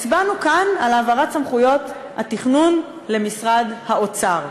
הצבענו כאן על העברת סמכויות התכנון למשרד האוצר.